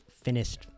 finished